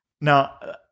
Now